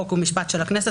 חוק ומשפט של הכנסת,